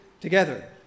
together